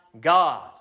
God